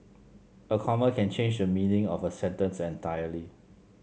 a comma can change the meaning of a sentence entirely